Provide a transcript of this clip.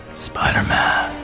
spider-man.